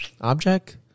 object